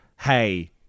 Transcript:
hey